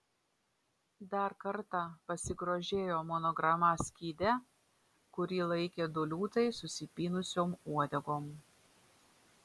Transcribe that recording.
dar kartą pasigrožėjo monograma skyde kurį laikė du liūtai susipynusiom uodegom